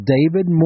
David